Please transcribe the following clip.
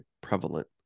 prevalent